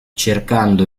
cercando